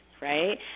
right